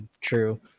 True